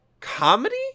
comedy